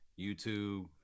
YouTube